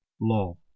law